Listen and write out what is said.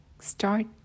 Start